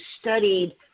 studied